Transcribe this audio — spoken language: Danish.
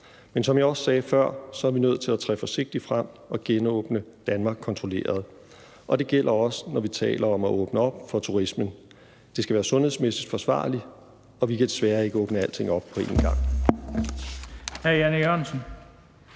men som jeg også sagde før, er vi nødt til at træde forsigtigt frem og genåbne Danmark kontrolleret, og det gælder også, når vi taler om at åbne op for turismen. Det skal være sundhedsmæssigt forsvarligt, og vi kan desværre ikke åbne alting op på en gang.